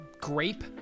grape